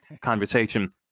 conversation